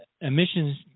emissions